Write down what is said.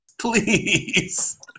Please